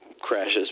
crashes